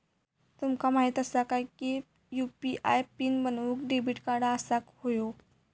तुमका माहित असा काय की यू.पी.आय पीन बनवूक डेबिट कार्ड असाक व्हयो